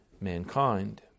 mankind